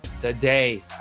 today